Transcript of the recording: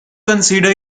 consider